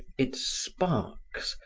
its sparks,